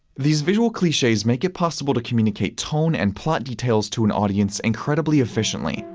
these visual cliches make it possible to communicate tone and plot details to an audience incredibly efficiently.